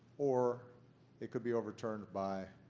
or it could be overturned by